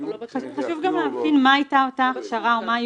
ח"ן שפועלת בסמינרים החרדיים והוטמעה לאחרונה